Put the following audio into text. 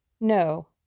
No